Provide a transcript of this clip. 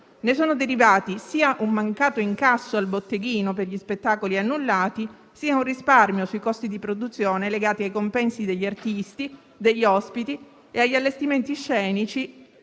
Ne sono derivati sia un mancato incasso al botteghino per gli spettacoli annullati, sia un risparmio sui costi di produzione legati ai compensi degli artisti, degli ospiti e agli allestimenti scenici,